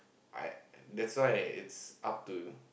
I that's why it's up to